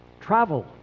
travel